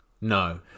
No